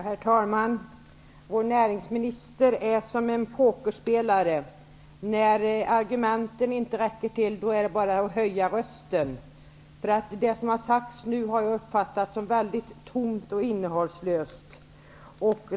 Herr talman! Vår näringsminister är som en pokerspelare. När argumenten inte räcker till är det bara att höja rösten. Det som Per Westerberg nu har sagt uppfattar jag som väldigt tomt och innehållslöst.